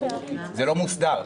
זה לא מוסדר.